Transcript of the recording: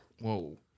Whoa